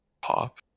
Pop